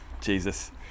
jesus